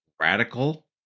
radical